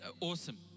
awesome